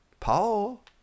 Paul